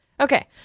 Okay